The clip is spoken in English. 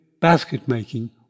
basket-making